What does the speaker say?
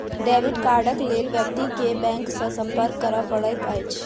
debit कार्डक लेल व्यक्ति के बैंक सॅ संपर्क करय पड़ैत अछि